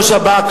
לא שב"כ,